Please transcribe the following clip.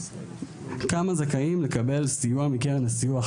15,000. כמה זכאים לקבל סיוע מקרן הסיוע?